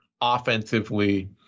offensively